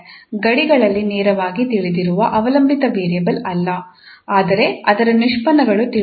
ಗಡಿಗಳಲ್ಲಿ ನೇರವಾಗಿ ತಿಳಿದಿರುವ ಅವಲಂಬಿತ ವೇರಿಯಬಲ್ ಅಲ್ಲ ಆದರೆ ಅದರ ನಿಷ್ಪನ್ನಗಳು ತಿಳಿದಿವೆ